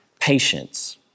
patience